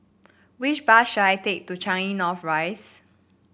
which bus should I take to Changi North Rise